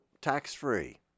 tax-free